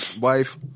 wife